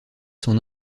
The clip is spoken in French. son